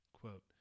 quote